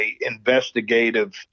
investigative